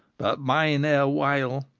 but mine erewhile,